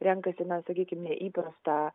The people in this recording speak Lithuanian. renkasi na sakykim ne įprastą